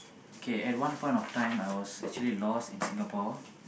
K at one point of time I was actually lost in Singapore